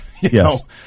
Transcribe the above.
Yes